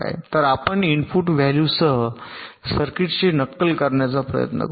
तर आपण input value सह सर्किटचे नक्कल करण्याचा प्रयत्न करू